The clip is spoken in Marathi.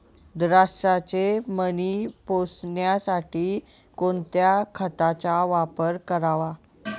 द्राक्षाचे मणी पोसण्यासाठी कोणत्या खताचा वापर करावा?